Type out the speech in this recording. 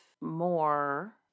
more